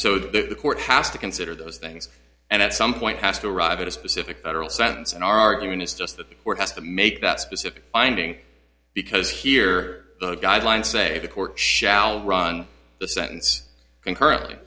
so the court has to consider those things and at some point has to arrive at a specific federal sentence an argument is just that the court has to make that specific finding because here the guidelines say the court shall run the sentence concurrently